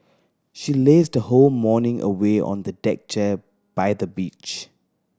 she lazed the whole morning away on the deck chair by the beach